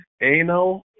anal